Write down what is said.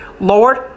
Lord